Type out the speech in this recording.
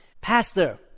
Pastor